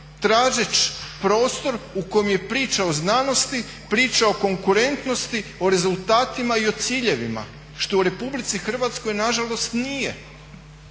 tražeći prostor u kojem je priča o znanosti, priča o konkurentnosti, o rezultatima i o ciljevima što u RH nažalost nije.